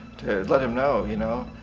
let him know. you know.